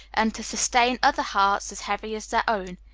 and to sustain other hearts as heavy as their own.